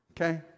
Okay